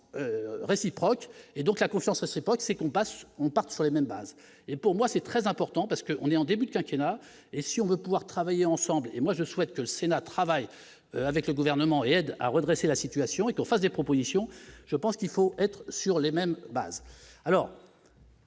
réciproque et donc la confiance à ce n'est pas que ces combats ce partie sur les mêmes bases, et pour moi c'est très important parce que on est en début de quinquennat et si on veut pouvoir travailler ensemble, et moi je souhaite que le Sénat travaille avec le gouvernement et aide à redresser la situation et qu'on fasse des propositions, je pense qu'il faut être sur les mêmes bases